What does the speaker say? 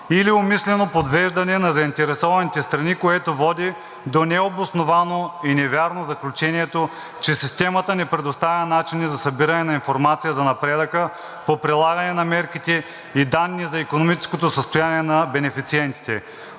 или умишлено подвеждане на заинтересованите страни, което води до необосновано и невярно заключение, че системата не предоставя начини за събиране на информация за напредъка по прилагане на мерките и данни за икономическото състояние на бенефициентите.